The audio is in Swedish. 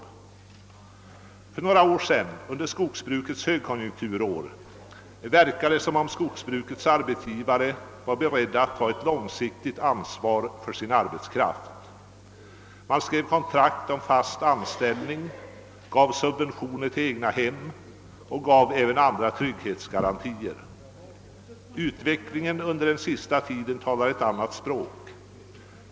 För några år sedan, under skogsbrukets höjdkonjunkturår, verkade det som om skogsbrukets arbetsgivare var beredda att ta ett långsiktigt ansvar för sin arbetskraft. Man skrev kontrakt om fast anställning och gav subventioner till egnahem samt gav även andra trygghetsgarantier. Utvecklingen under den sista tiden talar ett anant språk.